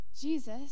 Jesus